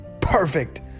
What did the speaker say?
perfect